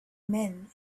men